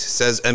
says